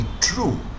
true